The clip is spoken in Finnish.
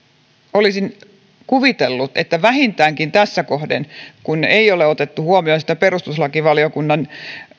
olisin kuvitellut että vähintäänkin tässä kohden kun ei ole otettu huomioon perustuslakivaliokunnan